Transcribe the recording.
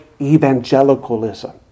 evangelicalism